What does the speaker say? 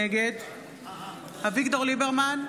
נגד אביגדור ליברמן,